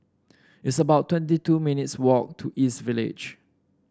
it's about twenty two minutes' walk to East Village